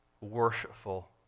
worshipful